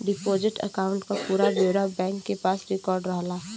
deposit account क पूरा ब्यौरा बैंक के पास रिकार्ड रहला